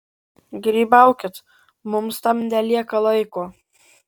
grybaukit mums tam nelieka laiko